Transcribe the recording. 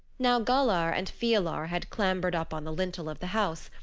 now galar and fialar had clambered up on the lintel of the house,